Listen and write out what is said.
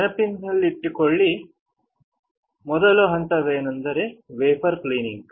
ನೆನಪಿಸಿಕೊಳ್ಳೋಣ ಮೊದಲ ಹಂತವೆಂದರೆ ವೇಫರ್ ಕ್ಲೀನಿಂಗ್